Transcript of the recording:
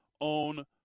own